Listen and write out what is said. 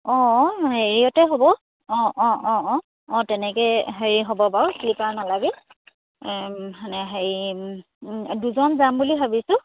অঁ অঁ হেৰিয়তে হ'ব অঁ অঁ অঁ অঁ অঁ তেনেকেই হেৰি হ'ব বাৰু শ্লিপাৰ নালাগে মানে হেৰি দুজন যাম বুলি ভাবিছোঁ